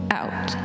out